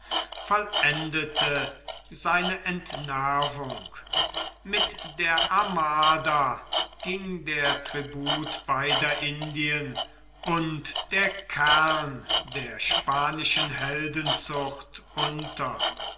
vollendete seine entnervung mit der armada ging der tribut beider indien und der kern der spanischen heldenzucht unter